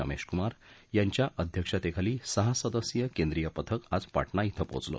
रमेशकुमार यांच्या अध्यक्षतेखाली सहा सदस्यीय केंद्रीय पथक आज पाटणा इथं पोचलं